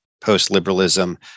post-liberalism